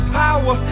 power